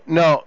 no